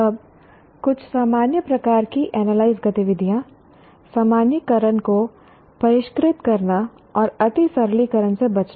अब कुछ सामान्य प्रकार की एनालाइज गतिविधियाँ सामान्यीकरण को परिष्कृत करना और अति सरलीकरण से बचना